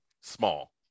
small